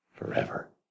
Forever